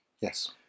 yes